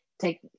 take